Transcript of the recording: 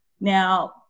Now